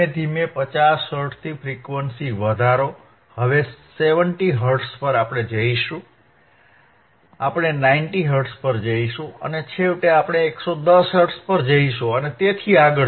ધીમે ધીમે 50 હર્ટ્ઝ થી ફ્રીક્વન્સી વધારો હવે 70 હર્ટ્ઝ પર જઈશું આપણે 90 હર્ટ્ઝ પર જઈશું આપણે 110 હર્ટ્ઝ પર જઈશું અને તેથી આગળ